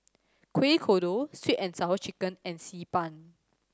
Kueh Kodok Sweet And Sour Chicken and Xi Ban